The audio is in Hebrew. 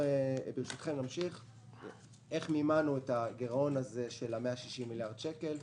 איך מימנו את הגירעון של 160 מיליארד שקל?